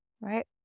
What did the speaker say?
right